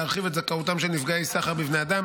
להרחיב את זכאותם של נפגעי סחר בבני אדם